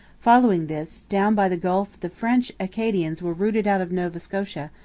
following this, down by the gulf the french acadians were rooted out of nova scotia,